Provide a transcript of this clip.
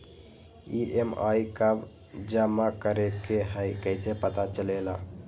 EMI कव जमा करेके हई कैसे पता चलेला?